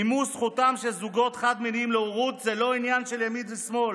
מימון זכותם של זוגות חד-מיניים להורות זה לא עניין של ימין ושמאל,